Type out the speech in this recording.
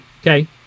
Okay